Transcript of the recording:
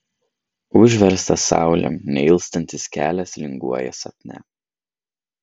užverstas saulėm neilstantis kelias linguoja sapne